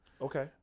Okay